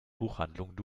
buchhandlung